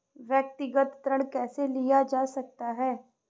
व्यक्तिगत ऋण कैसे लिया जा सकता है?